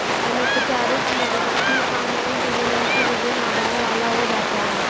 अनुपचारित मधुमक्खी का मोम पीले रंग की विभिन्न आभाओं वाला हो जाता है